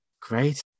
great